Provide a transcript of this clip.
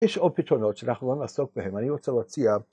יש עוד פתרונות שאנחנו לא נעסוק בהם, אני רוצה להציע